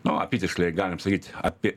nu apytiksliai galim sakyt apie